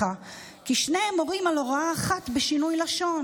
כי שניהם מורים על הוראה אחת בשינוי לשון